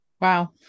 Wow